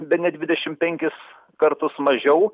bene dvidešimt penkis kartus mažiau